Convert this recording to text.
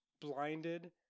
blinded